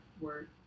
word